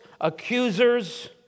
accusers